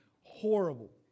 horrible